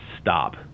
stop